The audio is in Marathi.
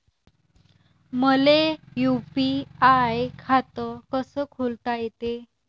मले यू.पी.आय खातं कस खोलता येते?